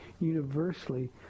universally